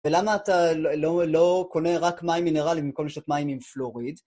ולמה אתה לא קונה רק מים מינרליים, במקום לשתות מים עם פלאוריד?